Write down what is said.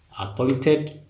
appointed